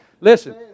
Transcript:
Listen